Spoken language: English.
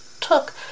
took